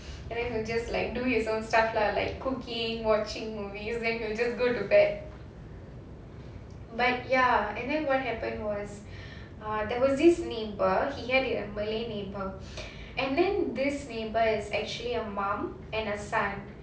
and then he'll just like do his own stuff lah like cooking watching movies then he'll just to go to bed but ya and then what happened was ah there was this neighbour he had a malay neighbour and then this neighbour is actually a mum and a son